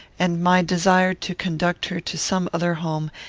and my desire to conduct her to some other home,